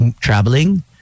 traveling